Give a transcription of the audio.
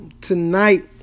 tonight